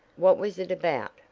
what was it about?